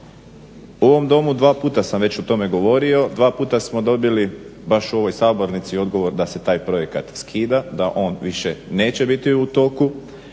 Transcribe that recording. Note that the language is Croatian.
U ovom domu dva puta sam već o tome govorio, dva puta smo dobili baš u ovoj sabornici odgovor da se taj projekt skida, da on više neće biti u toku,